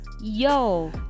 Yo